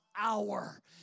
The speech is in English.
Hour